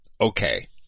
Okay